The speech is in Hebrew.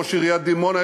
ראש עיריית דימונה,